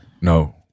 no